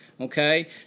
okay